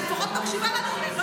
אבל אני לפחות מקשיבה לנאומים.